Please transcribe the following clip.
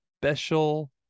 special